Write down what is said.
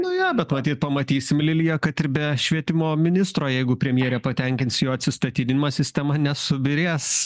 nu jo bet matyt pamatysim lilija kad ir be švietimo ministro jeigu premjerė patenkins jo atsistatydinimą sistema nesubyrės